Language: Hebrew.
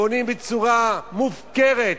בונים בצורה מופקרת.